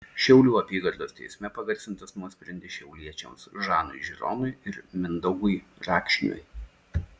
šiaulių apygardos teisme pagarsintas nuosprendis šiauliečiams žanui žironui ir mindaugui rakšniui